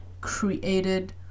created